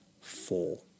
four